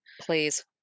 Please